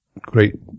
great